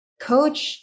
coach